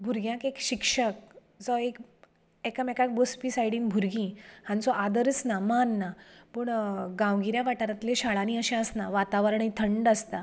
भुरग्यांक एक शिक्षक जो एक एकामेकाक बसपी सायडीन भुरगीं हांचो आदरच ना मान ना पूण गांवगिऱ्या वाठारांतल्या शाळांनी अशें आसना वातावरणय थंड आसता